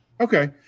Okay